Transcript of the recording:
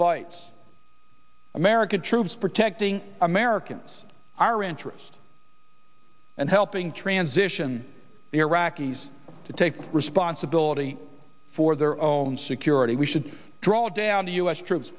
fights american troops protecting americans our interest and helping transition the iraqis to take responsibility for their own security we should draw down the u s troops